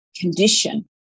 condition